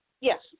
yes